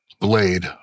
Blade